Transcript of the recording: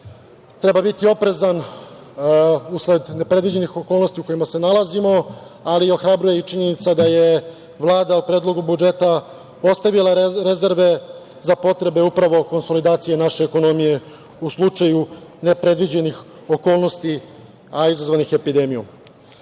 treba biti oprezan usled nepredviđenih okolnosti u kojima se nalazimo, ali ohrabruje i činjenica da je Vlada o predlogu budžeta ostavila rezerve za potrebe konsolidacije naše ekonomije u slučaju nepredviđenih okolnosti, a izazvanih epidemijom.U